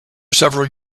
several